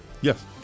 yes